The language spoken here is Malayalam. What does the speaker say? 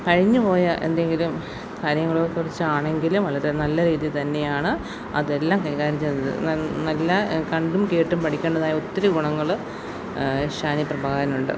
കഴിഞ്ഞു പോയ എന്തെങ്കിലും കാര്യങ്ങളെക്കുറിച്ചാണെങ്കിലും വളരെ നല്ല രീതിയിൽ തന്നെയാണ് അതെല്ലാം കൈകാര്യം ചെയ്തത് നല്ല കണ്ടും കേട്ടും പഠിക്കേണ്ടതായ ഒത്തിരി ഗുണങ്ങള് ഷാനി പ്രഭാകരനുണ്ട്